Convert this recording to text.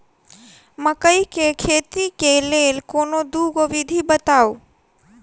मकई केँ खेती केँ लेल कोनो दुगो विधि बताऊ?